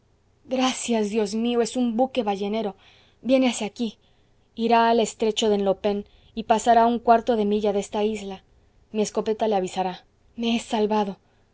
gracias dios mío es un buque ballenero viene hacia aquí irá al estrecho de henlopen y pasará a un cuarto de milla de esta isla mi escopeta le avisará me he salvado